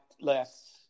less